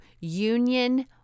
union